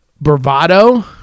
bravado